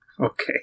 Okay